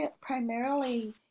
primarily